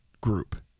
group